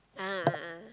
a'ah a'ah